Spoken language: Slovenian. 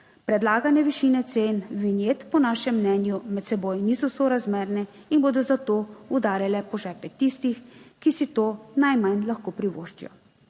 Predlagane višine cen vinjet, po našem mnenju, med seboj niso sorazmerne in bodo zato udarile po žepe tistih, ki si to najmanj lahko privoščijo.